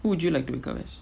who do you like to wake up as